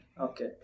Okay